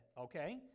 Okay